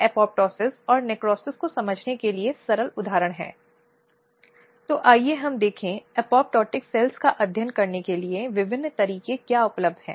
ये एक महिला के शरीर के खिलाफ अपराध हैं अपराध जो जीवन की सांस को रोकते हैं और प्रतिष्ठा को तोड़ते हैं